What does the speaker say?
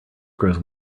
grows